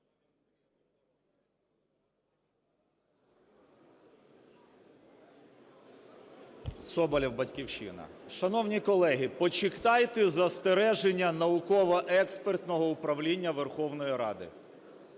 Соболєв, "Батьківщина". Шановні колеги, почитайте застереження науково-експертного управління Верховної Ради.